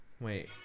Wait